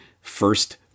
first